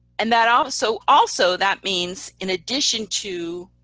and that um so also, that means in addition to,